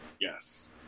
Yes